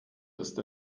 ist